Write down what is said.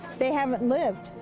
they haven't lived.